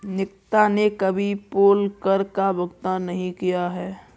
निकिता ने कभी पोल कर का भुगतान नहीं किया है